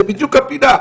זה בדיוק הפינה.